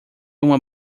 uma